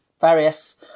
various